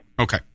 Okay